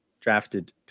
drafted